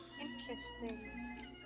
Interesting